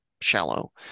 shallow